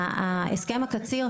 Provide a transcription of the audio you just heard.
הסכם הקציר,